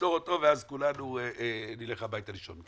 נפתור אותו ואז כולנו נלך הביתה לישון.